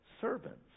servants